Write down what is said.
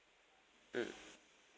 mm